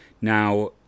Now